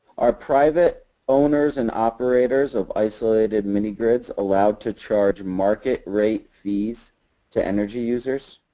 are private owners and operators of isolated mini grids allowed to charge market rate fees to energy users?